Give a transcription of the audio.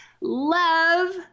love